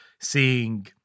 seeing